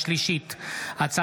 הצבעה.